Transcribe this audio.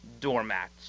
doormats